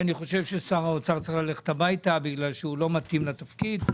שאני חושב ששר האוצר צריך ללכת הביתה כי הוא לא מתאים לתפקיד.